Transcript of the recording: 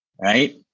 Right